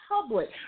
public